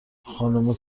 خانومه